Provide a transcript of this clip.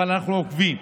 אבל אנחנו עוקבים,